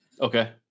Okay